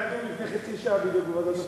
היה דיון לפני חצי שעה בדיוק בוועדת הפנים.